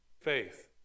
Faith